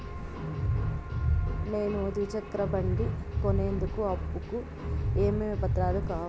నేను ద్విచక్ర బండి కొనేందుకు అప్పు కు ఏమేమి పత్రాలు కావాలి?